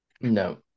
No